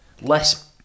less